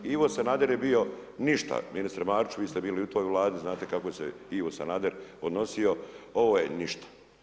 Ivo Sanader je bio ništa ministre Mariću, vi ste bili i u toj Vladi, znate kako je se Ivo Sanader odnosio, ovo je ništa.